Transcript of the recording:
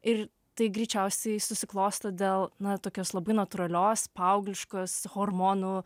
ir tai greičiausiai susiklosto dėl na tokios labai natūralios paaugliškos hormonų